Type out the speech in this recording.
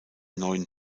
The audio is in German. neuen